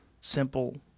simple